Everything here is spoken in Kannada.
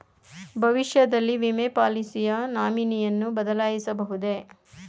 ಭವಿಷ್ಯದಲ್ಲಿ ವಿಮೆ ಪಾಲಿಸಿಯ ನಾಮಿನಿಯನ್ನು ಬದಲಾಯಿಸಬಹುದೇ?